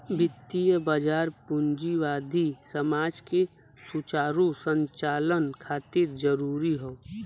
वित्तीय बाजार पूंजीवादी समाज के सुचारू संचालन खातिर जरूरी हौ